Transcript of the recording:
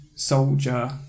Soldier